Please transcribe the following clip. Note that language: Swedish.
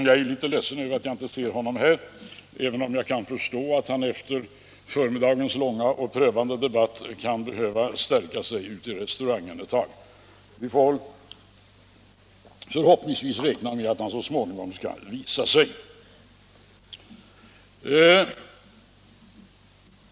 Jag är litet ledsen över att jag inte ser honom här nu, även om jag kan förstå att han efter förmiddagens långa och prövande debatt kan behöva stärka sig i restaurangen ett tag. Vi får förhoppningsvis räkna med att han så småningom skall visa sig här igen.